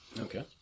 Okay